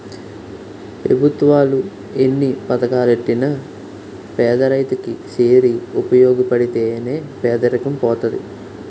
పెభుత్వాలు ఎన్ని పథకాలెట్టినా పేదరైతు కి సేరి ఉపయోగపడితే నే పేదరికం పోతది